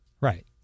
Right